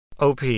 OP